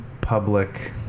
public